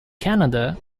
canada